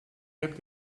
heb